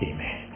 Amen